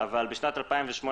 אבל בשנת 2018,